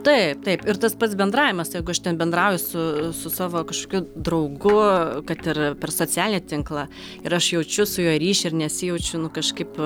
taip taip ir tas pats bendravimas jeigu aš ten bendrauju su su savo kažkokiu draugu kad ir per socialinį tinklą ir aš jaučiu su juo ryšį ir nesijaučiu nu kažkaip